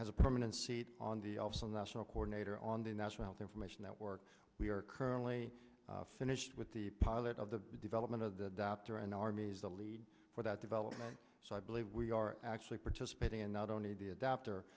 has a permanent seat on the also national coordinator on the national health information network we are currently i finished with the pilot of the development of the dr and army is the lead for that development so i believe we are actually participating in not only the adapt